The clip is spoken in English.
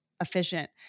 efficient